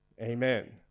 Amen